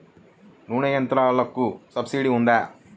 నూనె యంత్రాలకు సబ్సిడీ ఉందా?